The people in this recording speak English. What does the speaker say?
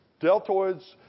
deltoids